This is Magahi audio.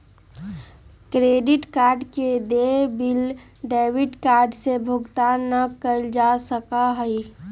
क्रेडिट कार्ड के देय बिल डेबिट कार्ड से भुगतान ना कइल जा सका हई